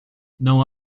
não